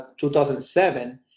2007